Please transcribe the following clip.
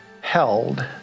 held